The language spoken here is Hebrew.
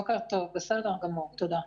בסדר גמור, תודה.